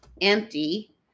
empty